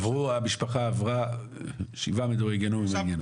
המשפחה עברה שבעה מדורי גיהינום עם העניין הזה.